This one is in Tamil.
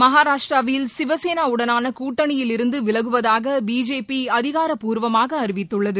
மகாராஷ்டிராவில் சிவசேனாவுடனான கூட்டணியில் இருந்து விலகுவதாக பிஜேபி அதிகாரப் பூர்வமாக அறிவித்துள்ளது